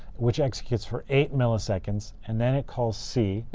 which executes for eight milliseconds. and then it calls c,